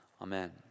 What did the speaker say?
Amen